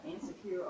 insecure